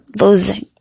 losing